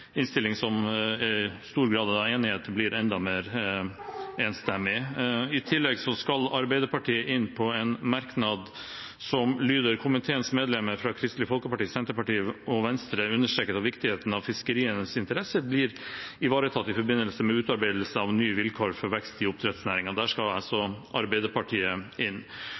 innstilling hvor det fra før av er stor grad av enighet, blir enda mer enstemmig. I tillegg skal Arbeiderpartiet inn på en merknad som lyder: «Komiteens medlemmer fra Kristelig Folkeparti, Senterpartiet og Venstre understreker viktigheten av at fiskerienes interesser blir ivaretatt i forbindelse med utarbeidelsen av nye vilkår for vekst i oppdrettsnæringen.» Der skal altså Arbeiderpartiet inn.